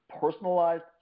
personalized